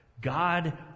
God